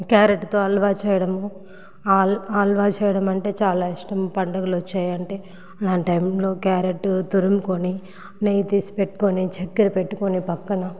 క్యారెట్తో హాల్వా చేయడం హల్వా హల్వా చేయడమంటే చాలా ఇష్టము పండుగలు వచ్చాయంటే ఆ టైములో క్యారెట్ తురుముకొని నెయ్యి తీసి పెట్టుకొని చక్కర పెట్టుకొని పక్కన